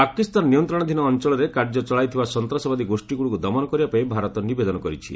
ପାକିସ୍ତାନ ନିୟନ୍ତ୍ରଣାଧୀନ ଅଞ୍ଚଳରେ କାର୍ଯ୍ୟ ଚଳାଇଥିବା ସନ୍ତାସବାଦୀ ଗୋଷ୍ଠୀଗୁଡ଼ିକୁ ଦମନ କରିବା ପାଇଁ ଭାରତ ନିବେଦନ କରିଛି